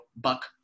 Buck